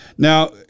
Now